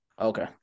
Okay